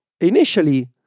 initially